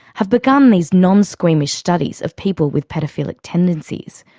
have begun these non-squeamish studies of people with paedophilic tendencies,